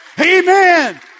Amen